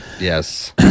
Yes